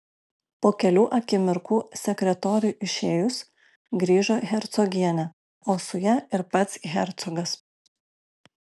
po kelių akimirkų sekretoriui išėjus grįžo hercogienė o su ja ir pats hercogas